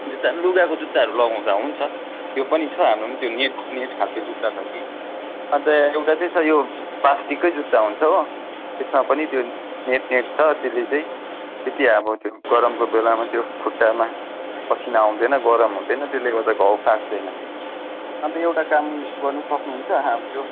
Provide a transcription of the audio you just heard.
जुत्ता लुगाको जुत्ताहरू लगाउँदा हुन्छ त्यो पनि छ हाम्रोमा त्यो नेट नेट खालको जुत्ता छ कि अन्त एउटा चाहिँ छ यो प्लास्टिककै जुत्ता हुन्छ हो त्यसमा पनि त्यो नेट नेट छ त्यसले चाहिँ त्यति अब त्यो गरमको बेलामा त्यो खुट्टामा पसिना आउँदैन गरम हुँदैन त्यसले गर्दा घाउ पाक्दैन अन्त एउटा काम गर्नु सक्नुहुन्छ अब त्यो